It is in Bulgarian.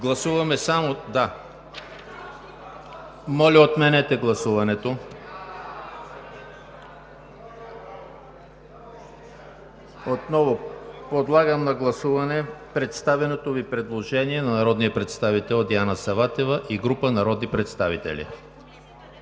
представители.) Моля, отменете гласуването. Отново подлагам на гласуване представеното Ви предложение на народния представител Диана Саватева и група народни представители,